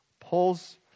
pulls